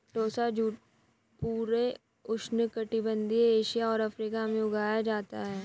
टोसा jute पूरे उष्णकटिबंधीय Asia और अफ्रीका में उगाया जाता है